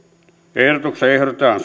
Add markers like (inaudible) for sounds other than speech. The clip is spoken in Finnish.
ehdotuksessa ehdotetaan (unintelligible)